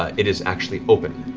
it is actually open,